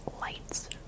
lights